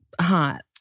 hot